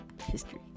history